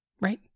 right